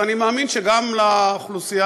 ואני מאמין שגם לאוכלוסייה,